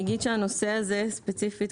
הנושא הזה ספציפית,